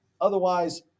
Otherwise